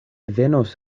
venos